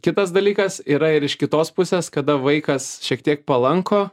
kitas dalykas yra ir iš kitos pusės kada vaikas šiek tiek palanko